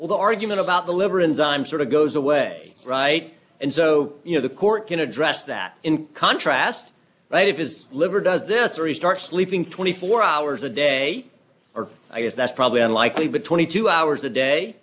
well the argument about the liver enzymes sort of goes away right and so you know the court can address that in contrast but if his liver does this restart sleeping twenty four hours a day or i guess that's probably unlikely but twenty two hours a